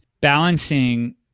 balancing